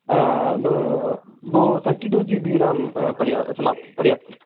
भा भो तर्टि टु जि बि रेम् पर्या समाप्त पर्याप्तम्